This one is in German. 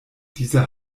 dieser